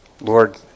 Lord